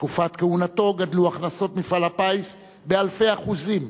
בתקופת כהונתו גדלו הכנסות מפעל הפיס באלפי אחוזים,